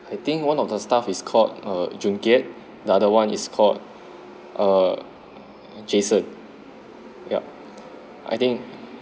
I think one of the staff is called err jun kiat the other [one] is called err jason yup I think